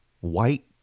white